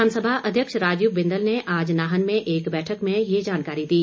विधानसभा अध्यक्ष राजीव बिंदल ने आज नाहन में एक बैठक में ये जानकारी दी